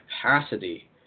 capacity